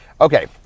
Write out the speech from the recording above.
Okay